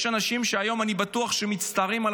יש אנשים שהיום אני בטוח שמצטערים על